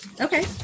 Okay